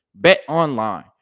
BetOnline